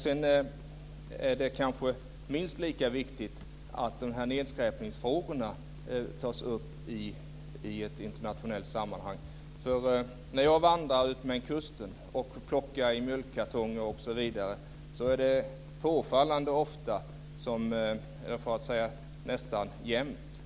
Sedan är det kanske minst lika viktigt att de här nedskräpningsfrågorna tas upp i ett internationellt sammanhang. När jag vandrar utmed kusten och plockar i mjölkkartonger osv. ser jag påfallande ofta, eller nästan jämt,